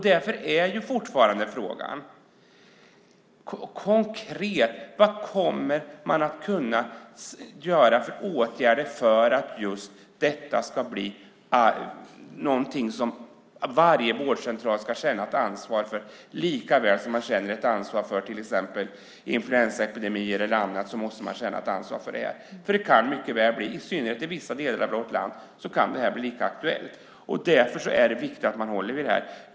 Därför är fortfarande frågan: Vad kommer man konkret att kunna vidta för åtgärder för att varje vårdcentral ska känna sitt ansvar i detta? Lika väl som man känner ansvar för influensaepidemier och annat måste man känna ansvar för detta, för i synnerhet i vissa delar av vårt land kan detta bli lika aktuellt. Därför är det viktigt att man håller i detta.